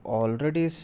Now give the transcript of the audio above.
already